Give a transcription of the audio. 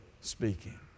speaking